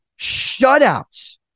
shutouts